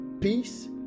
peace